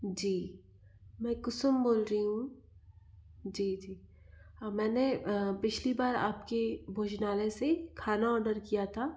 जी मैं कुसुम बोल रही हूँ जी जी मैंने पिछली बार आपकी भोजनालय से खाना ऑर्डर किया था